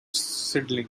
sidling